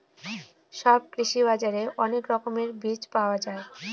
সব কৃষি বাজারে অনেক রকমের বীজ পাওয়া যায়